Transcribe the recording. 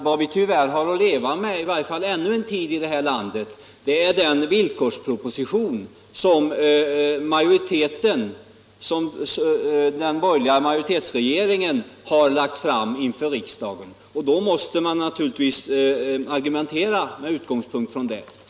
Vad vi tyvärr har att leva med här i landet, i varje fall ännu en tid, är den villkorsproposition som den borgerliga majoritetsregeringen har lagt fram för riksdagen. Då måste man naturligtvis argumentera med utgångspunkt i den.